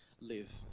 live